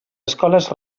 escoles